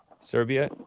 Serbia